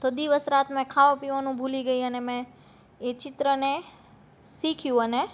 તો દિવસ રાત મેં ખાવા પીવાનું ભૂલી ગઈ મેં અને મેં એ ચિત્રને શીખ્યું અને